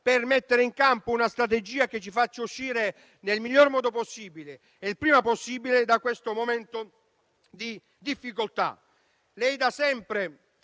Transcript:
per mettere in campo una strategia che ci faccia uscire nel miglior modo possibile e il prima possibile dalla difficoltà